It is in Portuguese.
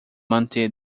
manter